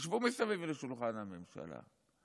תשבו מסביב לשולחן הממשלה,